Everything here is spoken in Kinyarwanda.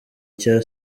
cya